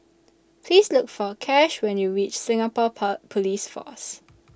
Please Look For Cash when YOU REACH Singapore pour Police Force